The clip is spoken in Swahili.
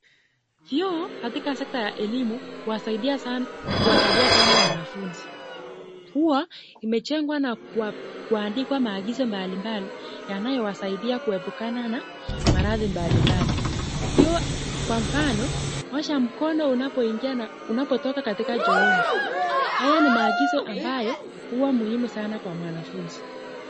Vyoo katika sector ya elimu huwasaidia sana wanafunzi. Hua imejengwa na kuandikwa maagizo mbalimbali yanayo wasaidia kuepukana n maradhi mbalimbali kwa mfano; osha mkono unapoingia na unapotoka katika chooni. Haya ni maagizo ambayo hua ni muhimu sana kwa mwanafunzi .